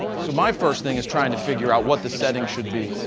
so, my first thing is trying to figure out what the setting should be.